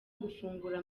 gufungura